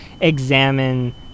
examine